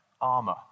armor